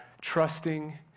trusting